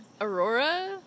Aurora